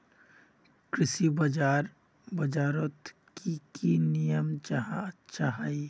कृषि बाजार बजारोत की की नियम जाहा अच्छा हाई?